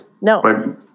No